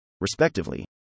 respectively